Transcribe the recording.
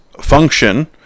function